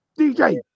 DJ